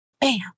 bam